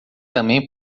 também